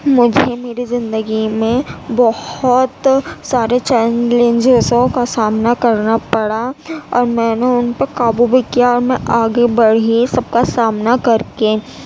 مجھے میری زندگی میں بہت سارے چیلنجزوں کا سامنا کرنا پڑا اور میں نے ان پہ قابو بھی کیا اور میں آگے بڑھی سب کا سامنا کر کے